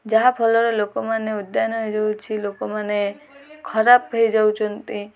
ଯାହାଫଳରେ ଲୋକମାନେ ଉଦ୍ୟାନ ହେଇଯାଉଛି ଲୋକମାନେ ଖରାପ ହେଇଯାଉଛନ୍ତି